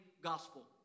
gospel